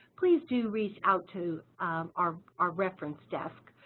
please do reach out to our our reference desk